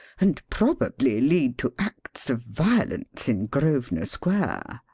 and probably lead to acts of violence in grosvenor square.